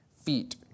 feet